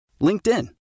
LinkedIn